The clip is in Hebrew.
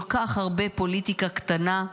כל כך הרבה פוליטיקה קטנה,